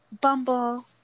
Bumble